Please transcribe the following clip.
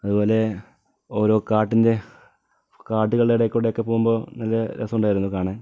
അതുപോലെ ഓരോ കാട്ടിൻ്റെ കാടുകളുടെ ഇടയിൽ കൂടിയൊക്കെ പോകുമ്പോൾ നല്ല രസമുണ്ടായിരുന്നു കാണാൻ